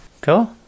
Cool